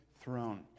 throne